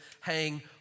hang